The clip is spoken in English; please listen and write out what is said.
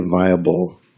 viable